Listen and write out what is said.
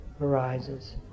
arises